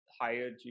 higher